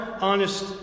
honest